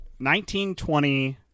1920